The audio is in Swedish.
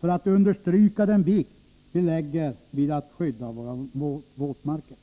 för att understryka den vikt vi lägger vid att skydda våra våtmarker.